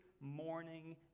morning